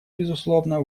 безусловно